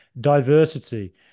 diversity